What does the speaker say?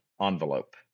envelope